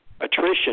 attrition